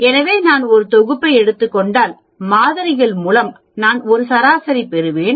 எனவே நான் ஒரு தொகுப்பை எடுத்துக்கொண்டால் மாதிரிகள் மூலம் நான் ஒரு சராசரி பெறுவேன்